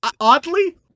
oddly